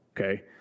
Okay